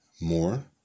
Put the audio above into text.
more